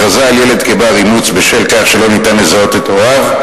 הכרזה על ילד כבר-אימוץ בשל כך שאין אפשרות לזהות את הוריו,